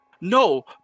No